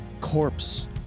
corpse